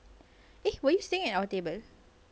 eh were you staying at our table